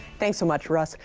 thanks so much, russ.